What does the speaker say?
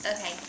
okay